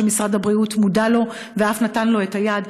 שמשרד הבריאות מודע לו ואף נתן לו יד,